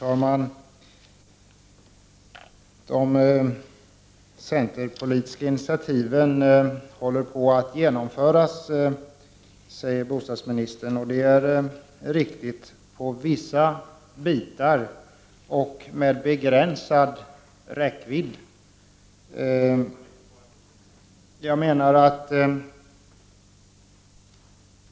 Fru talman! De centerpartistiska initiativen håller på att genomföras, säger bostadsministern. Det är riktigt i visssa avseenden, och då med en begränsad räckvidd.